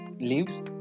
leaves